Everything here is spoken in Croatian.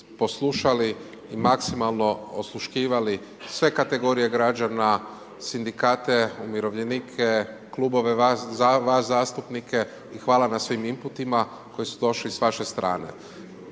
poslušali i maksimalno osluškivali sve kategorije građana, sindikate, umirovljenike, klubove, vas zastupnike i hvala na svim inputima koji su došli s vaše strane.